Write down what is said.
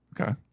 Okay